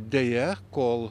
deja kol